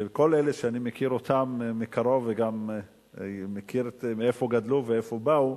וכל אלה שאני מכיר אותם מקרוב וגם מכיר איפה גדלו ומאיפה באו,